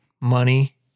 money